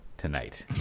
tonight